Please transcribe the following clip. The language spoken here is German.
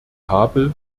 habe